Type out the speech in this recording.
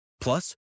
Plus